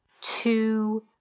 two